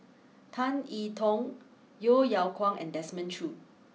Tan E Tong Yeo Yeow Kwang and Desmond Choo